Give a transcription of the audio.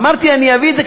אמרתי שאני אביא את זה,